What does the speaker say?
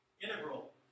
integral